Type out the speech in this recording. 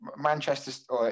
Manchester